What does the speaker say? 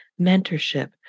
mentorship